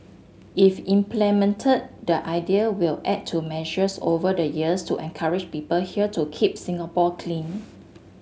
if implemented the idea will add to measures over the years to encourage people here to keep Singapore clean